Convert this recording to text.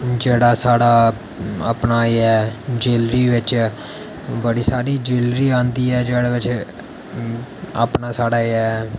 जेह्ड़ा साढ़ा अपना एह् ऐ ज्यूलरी बिच बड़ी सारी ज्यूलरी आंदी ऐ जेह्दे बिच अपना साढ़ा एह् ऐ